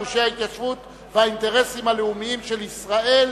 גושי ההתיישבות והאינטרסים הלאומיים של ישראל.